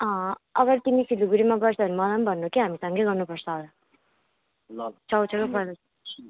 अँ अगर तिमी सिलगढीमा गर्छौ भने मलाई पनि भन्नु के हामी सँगै गर्नुपर्छ छेउछेउमा